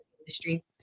industry